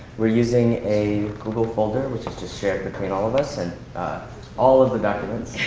we're using a google folder, which is just shared between all of us and all of the documents.